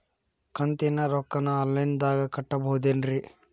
ಕಂತಿನ ರೊಕ್ಕನ ಆನ್ಲೈನ್ ದಾಗ ಕಟ್ಟಬಹುದೇನ್ರಿ?